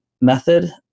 method